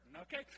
okay